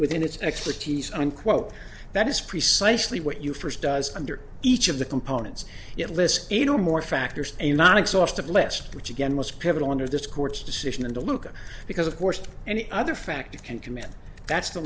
within its expertise unquote that is precisely what you first does under each of the components it lists eight or more factors a not exhaustive list which again was pivotal under this court's decision in the luca because of course any other factor can commit that's the